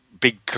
Big